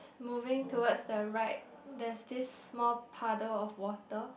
moving towards the right there's this small puddle of water